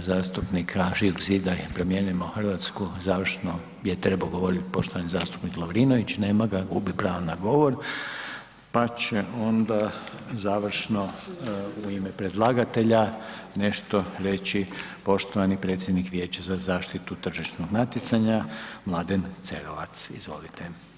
zastupnika Živog zida i Promijenimo Hrvatsku, završno je trebo govorit poštovani zastupnik Lovrinović, nema ga, gubi pravo na govor, pa će onda završno u ime predlagatelja nešto reći poštovani predsjednik Vijeća za zaštitu tržišnog natjecanja Mladen Cerovac, izvolite.